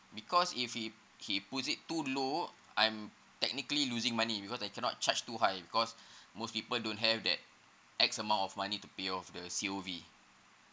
because if he he puts it too low I'm technically losing money because I cannot charge too high because most people don't have that x amount of money to pay off the C_O_V